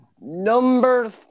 number